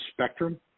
spectrum